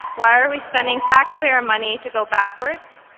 why are we spending taxpayer money to go backwards?